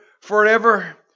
forever